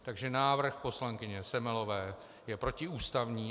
Takže návrh poslankyně Semelové je protiústavní.